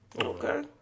Okay